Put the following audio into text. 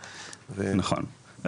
נכון.